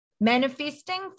Manifesting